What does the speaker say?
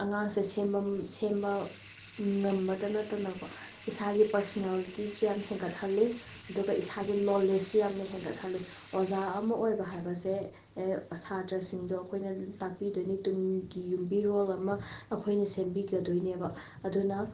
ꯑꯉꯥꯡꯁꯦ ꯁꯦꯝꯕ ꯁꯦꯝꯕ ꯉꯝꯕꯇ ꯅꯠꯇꯅꯀꯣ ꯏꯁꯥꯒꯤ ꯄꯔꯁꯅꯦꯜꯂꯤꯇꯤꯁꯨ ꯌꯥꯝꯅ ꯍꯦꯟꯒꯠꯍꯜꯂꯤ ꯑꯗꯨꯒ ꯏꯁꯥꯒꯤ ꯅꯣꯂꯦꯖꯁꯨ ꯌꯥꯝꯅ ꯍꯦꯟꯒꯠꯍꯜꯂꯤ ꯑꯣꯖꯥ ꯑꯃ ꯑꯣꯏꯕ ꯍꯥꯏꯕꯁꯦ ꯁꯥꯇ꯭ꯔꯁꯤꯡꯗꯣ ꯑꯩꯈꯣꯏꯅ ꯇꯥꯛꯄꯤꯗꯣꯏꯅꯤ ꯇꯨꯡꯒꯤ ꯌꯨꯝꯕꯤꯔꯣꯜ ꯑꯃ ꯑꯩꯈꯣꯏꯅ ꯁꯦꯝꯕꯤꯒꯗꯣꯏꯅꯦꯕ ꯑꯗꯨꯅ